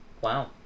Wow